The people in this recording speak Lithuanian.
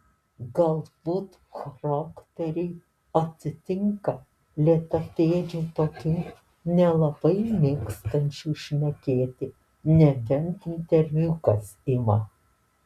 galbūt charakteriai atitinka lėtapėdžių tokių nelabai mėgstančių šnekėti nebent interviu kas ima